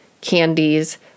candies